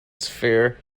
sphere